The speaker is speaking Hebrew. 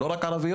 לא רק ערביות,